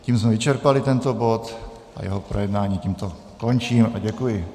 Tím jsme vyčerpali tento bod a jeho projednání tímto končím a děkuji.